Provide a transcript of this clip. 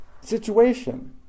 situation